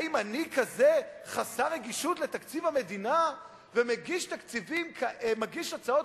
האם אני כזה חסר רגישות לתקציב המדינה ומגיש הצעות